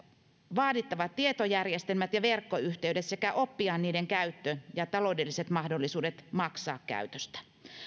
vaadittavat tietojärjestelmät ja verkkoyhteydet sekä oppia niiden käyttö ja taloudelliset mahdollisuudet maksaa käytöstä